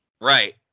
right